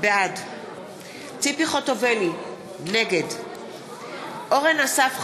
בעד ציפי חוטובלי, נגד אורן אסף חזן,